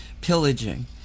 pillaging